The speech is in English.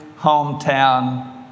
hometown